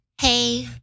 Hey